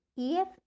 EF